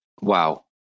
Wow